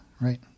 right